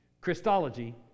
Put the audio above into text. Christology